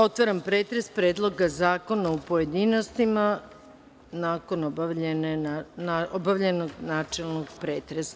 Otvaram pretres Predloga zakona u pojedinostima, nakon obavljenog načelnog pretresa.